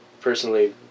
personally